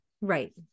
Right